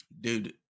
dude